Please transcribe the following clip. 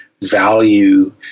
value –